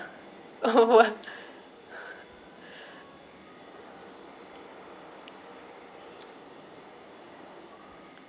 what